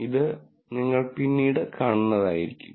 ഇത് നിങ്ങൾ പിന്നീട് കാണുന്നതായിരിക്കും